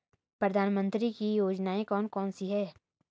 प्रधानमंत्री की योजनाएं कौन कौन सी हैं?